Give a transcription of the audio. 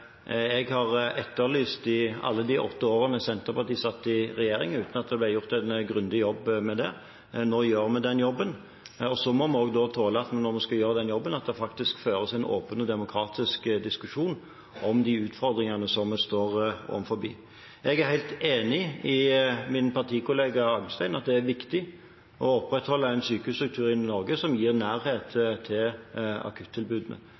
jeg har etterlyst i alle de åtte årene Senterpartiet satt i regjering, uten at det ble gjort en grundig jobb med det. Men nå gjør vi den jobben. Så må vi også tåle når vi skal gjøre den jobben, at det faktisk føres en åpen og demokratisk diskusjon om de utfordringene som vi står overfor. Jeg er helt enig med min partikollega Agdestein i at det er viktig å opprettholde en sykehusstruktur i Norge som gir nærhet til akuttilbudene.